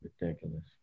ridiculous